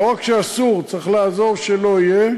לא רק שאסור, צריך לעזור, שלא יהיה.